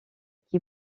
qui